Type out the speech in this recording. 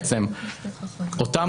אותן